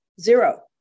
Zero